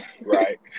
Right